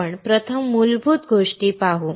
आपण प्रथम मूलभूत गोष्टी पाहू